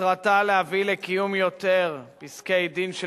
ומטרתה להביא לקיום יותר פסקי-דין של